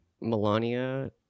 Melania